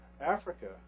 Africa